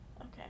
Okay